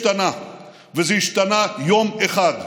אבל זה השתנה, וזה השתנה יום אחד,